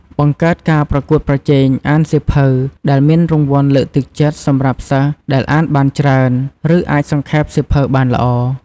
បង្កើតការប្រកួតប្រជែងអានសៀវភៅ ដែលមានរង្វាន់លើកទឹកចិត្តសម្រាប់សិស្សដែលអានបានច្រើន ឬអាចសង្ខេបសៀវភៅបានល្អ។